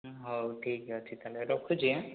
ହଉ ଠିକ୍ ଅଛି ତାହେଲେ ରଖୁଛି ଆଁ